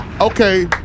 Okay